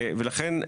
ולכן,